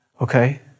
Okay